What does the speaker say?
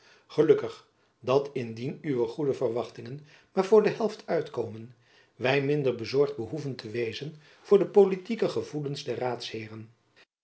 gelukkig dat indien uw goede verwachtingen maar voor de helft uitkomen wy minder bezorgd behoeven te wezen voor de politieke gevoelens der